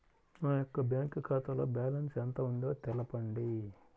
నా యొక్క బ్యాంక్ ఖాతాలో బ్యాలెన్స్ ఎంత ఉందో తెలపండి?